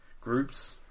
groups